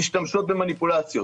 משתמשות במניפולציות,